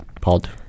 pod